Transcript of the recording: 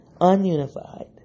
Ununified